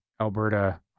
Alberta